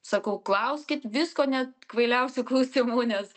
sakau klauskit visko net kvailiausių klausimų nes